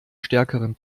stärkeren